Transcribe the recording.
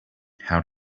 how